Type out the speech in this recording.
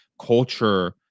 culture